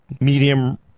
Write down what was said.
medium